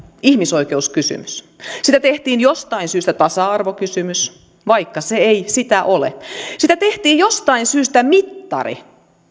ihmisoikeuskysymys siitä tehtiin jostain syystä tasa arvokysymys vaikka se ei sitä ole siitä tehtiin jostain syystä mittari